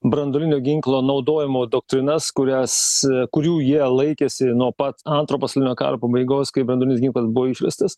branduolinio ginklo naudojimo doktrinas kurias kurių jie laikėsi nuo pat antro pasaulinio karo pabaigos kai branduolinis ginklas buvo išvestas